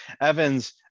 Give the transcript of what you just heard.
evans